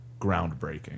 groundbreaking